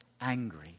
angry